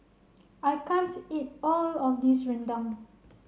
I can't eat all of this Rendang